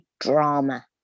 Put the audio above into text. drama